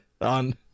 on